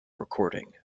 recording